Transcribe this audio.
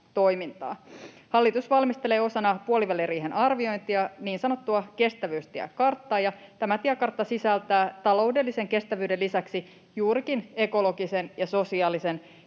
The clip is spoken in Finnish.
Hallitus valmistelee osana puoliväliriihen arviointia niin sanottua kestävyystiekarttaa, ja tämä tiekartta sisältää taloudellisen kestävyyden lisäksi juurikin ekologisen ja sosiaalisen